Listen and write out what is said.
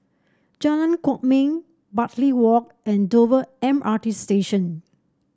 Jalan Kwok Min Bartley Walk and Dover M R T Station